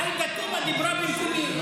עאידה תומא דיברה במקומי.